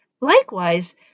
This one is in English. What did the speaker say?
Likewise